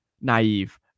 naive